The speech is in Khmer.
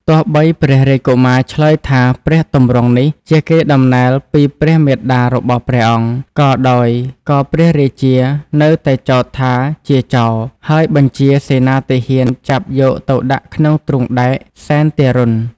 ទោះបីព្រះរាជកុមារឆ្លើយថាព្រះទម្រង់នេះជាកេរ្តិ៍ដំណែលពីព្រះមាតារបស់ព្រះអង្គក៏ដោយក៏ព្រះរាជា នៅតែចោទថាជាចោរ ហើយបញ្ហាសេនាទាហានចាប់យកទៅដាក់ក្នុងទ្រូងដែក សែនទារុណ ។